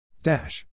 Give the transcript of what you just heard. Dash